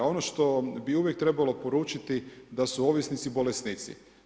Ono što bi uvijek trebalo poručiti, da su ovisnici bolesnici.